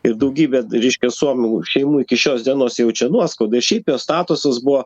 ir daugybė reiškia suomių šeimų iki šios dienos jaučiu nuoskaudą šiaip jo statusas buvo